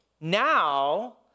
now